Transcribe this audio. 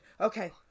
Okay